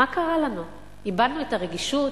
מה קרה לנו, איבדנו את הרגישות?